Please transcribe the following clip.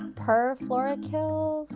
um perfluoroalkyl?